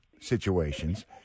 situations